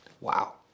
Wow